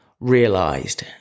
realised